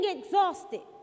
exhausted